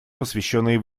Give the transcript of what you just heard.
посвященное